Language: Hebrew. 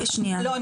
שנייה --- לא,